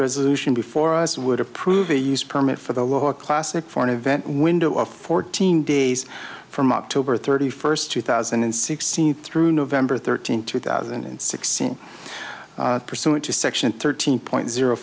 resolution before us would approve a use permit for the lower classes for an event window of fourteen days from october thirty first two thousand and sixteen through november thirteenth two thousand and sixteen pursuant to section thirteen point zero